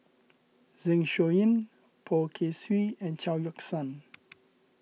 Zeng Shouyin Poh Kay Swee and Chao Yoke San